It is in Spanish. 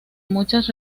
muchas